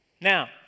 Now